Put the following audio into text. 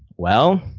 well,